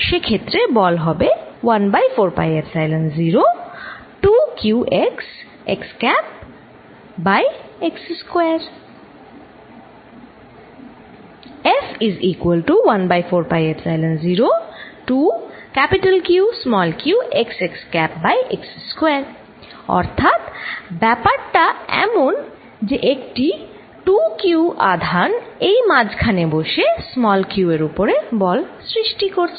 সে ক্ষেত্রে বল হবে 1বাই 4 পাই এপসাইলন0 2Qq xx ক্যাপ বাই x স্কয়ার অর্থাৎ ব্যাপারটা এমন যেন একটি 2Q আধান এই মাঝখানে বসে q এর ওপর বল সৃষ্টি করছে